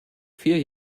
vier